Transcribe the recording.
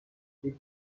les